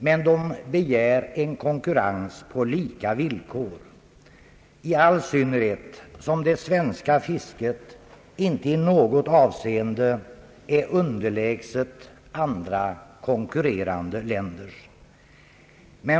Men de begär konkurrens på lika vill kor, i all synnerhet som det svenska fisket inte i något avseende är underlägset andra konkurrerande länders.